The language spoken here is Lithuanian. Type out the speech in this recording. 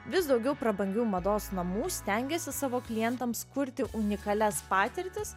vis daugiau prabangių mados namų stengiasi savo klientams kurti unikalias patirtis